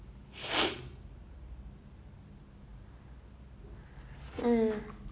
mm